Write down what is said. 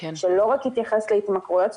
שלא רק יתייחס להתמכרויות.